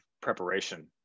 preparation